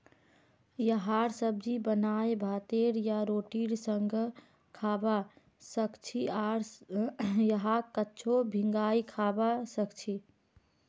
यहार सब्जी बनाए भातेर या रोटीर संगअ खाबा सखछी आर यहाक कच्चो भिंगाई खाबा सखछी